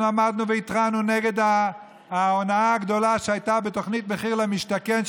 אנחנו עמדנו והתרענו נגד ההונאה הגדולה שהייתה בתוכנית מחיר למשתכן,